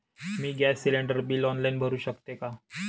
मी gas cylinder bill online भरु शकते का?